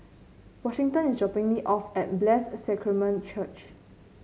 Washington is dropping me off at Blessed Sacrament Church